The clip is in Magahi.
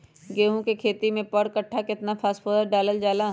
गेंहू के खेती में पर कट्ठा केतना फास्फोरस डाले जाला?